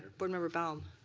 board member baum.